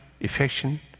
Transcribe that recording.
affection